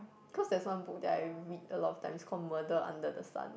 cause there's one book that I read a lot of times is call murder under the sun